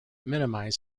minimize